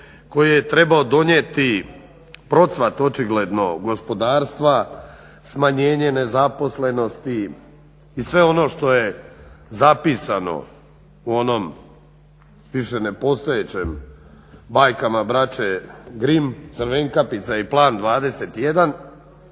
koji je trebao donijeti procvat očigledno gospodarstva, smanjenje nezaposlenosti i sve ono što je zapisano u onom više nepostojećem, bajkama braće Grim, Crvenpapica i Plan 21,